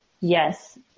yes